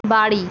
বাড়ি